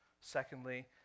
Secondly